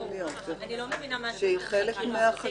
אני לא מבינה מה זה -- שהיא חלק מהחקירה.